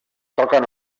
toquen